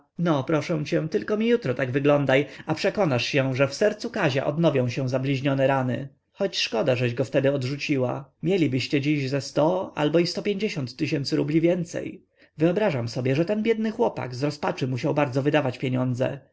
no proszę cię tylko mi jutro tak wyglądaj a przekonasz się że w sercu kazia odnowią się zabliźnione rany choć szkoda żeś go wtedy odrzuciła mielibyście dziś ze sto albo i sto pięćdziesiąt tysięcy rubli więcej wyobrażam sobie że ten biedny chłopak z rozpaczy musiał bardzo wydawać pieniądze